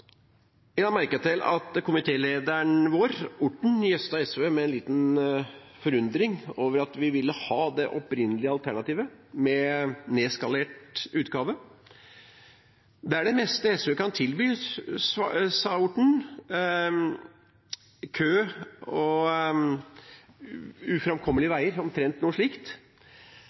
Jeg la merke til at komitélederen vår, Orten, gjestet SV med en liten forundring over at vi ville ha det opprinnelige alternativet med nedskalert utgave. Det er det meste SV kan tilby, sa Orten, kø og uframkommelige veier – omtrent noe slikt.